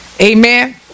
Amen